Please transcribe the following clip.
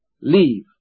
leave